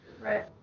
Right